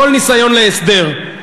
כל ניסיון להסדר,